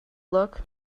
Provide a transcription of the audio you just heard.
look